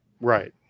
Right